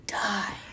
die